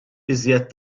iżjed